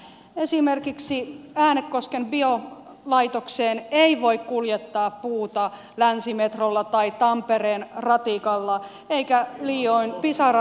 esimerkiksi äänekosken biolaitokseen ei voi kuljettaa puuta länsimetrolla tai tampereen ratikalla eikä liioin pisara ratakaan siinä auta